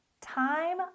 time